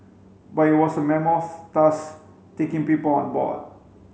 but it was a mammoth task taking people on board